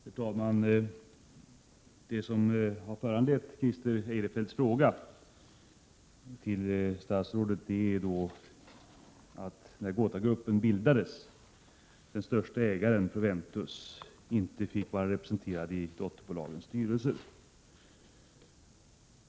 Herr talman! Det som har föranlett Christer Eirefelts fråga till statsrådet är detta att när GotaGruppen bildades den största ägaren, Proventus AB, inte fick vara representerad i dotterbolagens styrelser.